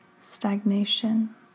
stagnation